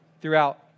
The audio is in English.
throughout